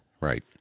Right